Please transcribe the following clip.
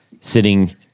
sitting